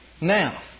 Now